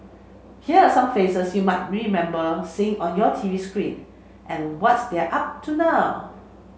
here are some faces you might remember seeing on your T V screen and what's they're up to now